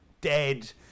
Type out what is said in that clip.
dead